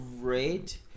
great